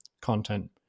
content